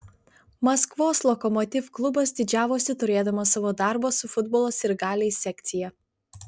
maskvos lokomotiv klubas didžiavosi turėdamas savo darbo su futbolo sirgaliais sekciją